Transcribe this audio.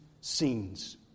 scenes